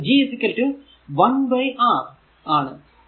അതായതു G 1 R ആണ്